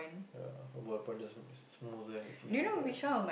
ya a ballpoint is smoother and it's easier to write